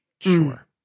Sure